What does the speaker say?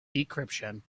decryption